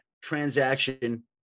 transaction